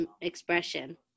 expression